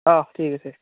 অঁ ঠিক আছে